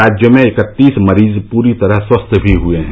राज्य में इकत्तीस मरीज पूरी तरह स्वस्थ भी हुए हैं